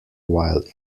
while